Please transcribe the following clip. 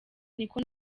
niko